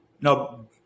No